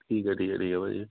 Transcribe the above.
ਠੀਕ ਆ ਠੀਕ ਆ ਠੀਕ ਆ ਭਾਅ ਜੀ